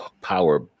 power